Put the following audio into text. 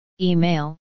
email